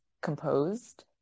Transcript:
composed